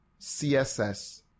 css